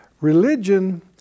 Religion